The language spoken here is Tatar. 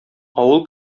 авыл